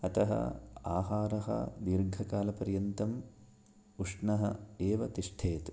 अतः आहारः दीर्घकालपर्यन्तम् उष्णः एव तिष्ठेत्